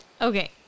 Okay